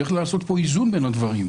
אבל צריך לעשות גם איזון בין הדברים.